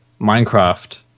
Minecraft